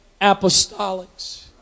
apostolics